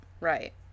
right